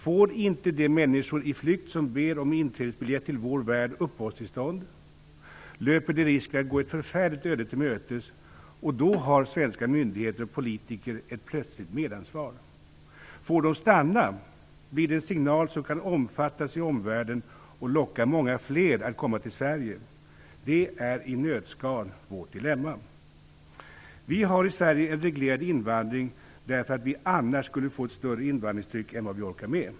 Får inte de människor i flykt som ber om inträdesbiljett till vår värld uppehållstillstånd löper de risk att gå ett förfärligt öde till mötes. Då har svenska myndigheter och politiker ett plötsligt medansvar. Får de stanna blir det en signal som kan omfattas i omvärlden och locka många fler att komma till Sverige. Det är i ett nötskal vårt dilemma. Vi har i Sverige en reglerad invandring därför att vi annars skulle få ett större invandringstryck än vad vi orkar med.